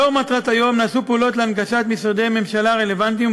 לאור מטרת היום נעשו פעולות להנגשת משרדי ממשלה רלוונטיים,